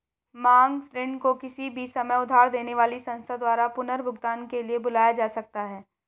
मांग ऋण को किसी भी समय उधार देने वाली संस्था द्वारा पुनर्भुगतान के लिए बुलाया जा सकता है